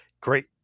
great